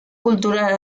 cultural